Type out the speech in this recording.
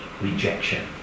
rejection